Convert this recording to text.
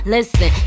Listen